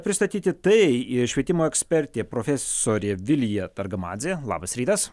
pristatyti tai švietimo ekspertė profesorė vilija targamadzė labas rytas